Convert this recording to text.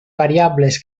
variables